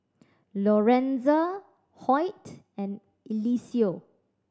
Lorenza Hoyt and Eliseo